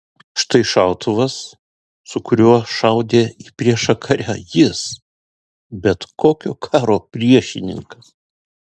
štai šautuvas su kuriuo šaudė į priešą kare jis bet kokio karo priešininkas